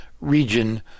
region